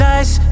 Nice